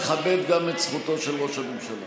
תכבד גם את זכותו של ראש הממשלה.